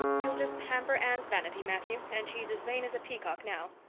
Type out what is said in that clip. you'll just pamper anne's vanity, matthew, and she's as vain as a peacock now.